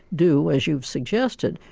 do as you've suggested,